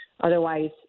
Otherwise